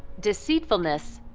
deceitfulness,